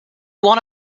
one